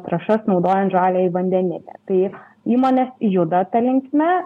trąšas naudojant žaliąjį vandenilį taip įmonės juda ta linkme